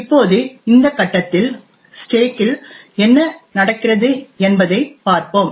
இப்போது இந்த கட்டத்தில் ஸ்டேக் இல் என்ன இருக்கிறது என்பதைப் பார்ப்போம்